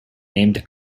named